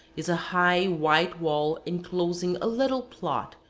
is a high white wall inclosing a little plot,